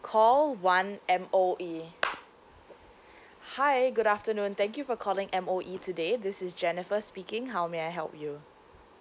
call one M_O_E hi good afternoon thank you for calling M_O_E today this is jennifer speaking how may I help you